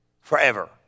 forever